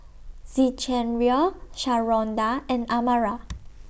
Zechariah Sharonda and Amara